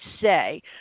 say